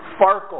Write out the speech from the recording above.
Farkle